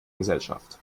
gesellschaft